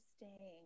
Interesting